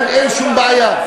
אין שום בעיה.